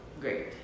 great